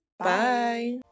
bye